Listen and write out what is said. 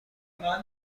میتوانید